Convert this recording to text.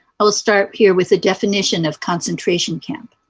i will start here with a definition of concentration camp.